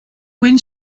when